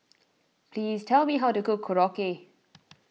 please tell me how to cook Korokke